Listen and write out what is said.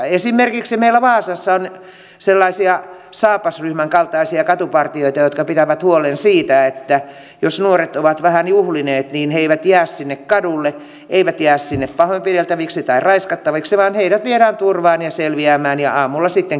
esimerkiksi meillä vaasassa on sellaisia saapas ryhmän kaltaisia katupartioita jotka pitävät huolen siitä että jos nuoret ovat vähän juhlineet niin he eivät jää sinne kadulle eivät jää sinne pahoinpideltäviksi tai raiskattaviksi vaan heidät viedään turvaan ja selviämään ja aamulla sitten keskustellaan asioista